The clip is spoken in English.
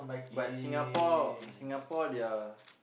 but Singapore Singapore their